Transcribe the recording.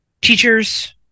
teachers